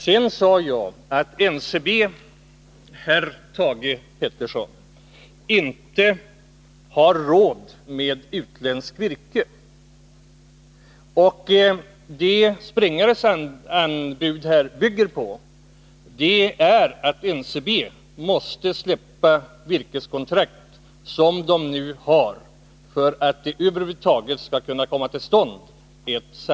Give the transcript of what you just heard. Sedan sade jag, herr Thage Peterson, att NCB inte har råd med utländskt virke. Vad Björn Sprängares uttalande bygger på är att NCB måste släppa virkeskontrakt som företaget nu har för att ett samarbete över huvud taget skall kunna komma till stånd.